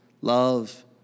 love